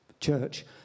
Church